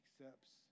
accepts